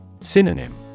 Synonym